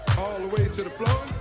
all the way to the floor?